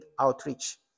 outreach